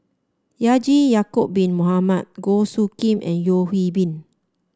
Haji Ya'acob Bin Mohamed Goh Soo Khim and Yeo Hwee Bin